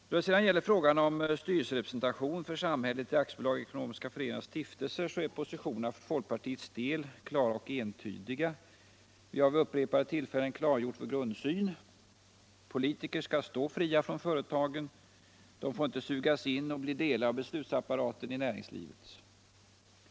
Då det sedan gäller frågan om styrelserepresentation för samhället i aktiebolag, ekonomiska föreningar och stiftelser är positionerna för folkpartiets del klara och entydiga. Vi har vid upprepade tillfällen klargjort vår grundsyn: politikerna skall stå fria från företagen. De får inte sugas in och bli delar av beslutsapparaten i näringslivet.